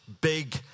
big